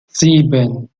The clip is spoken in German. sieben